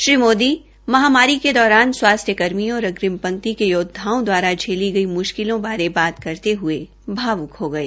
श्री मोदी महामारी दौरान स्वास्थ्य कर्मियों और अग्रिम पंक्ति के योद्धाओं द्वारा झेली गई मुष्किलों बारे बात करते हुए भावुक हो गए